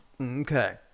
Okay